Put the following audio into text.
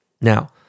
Now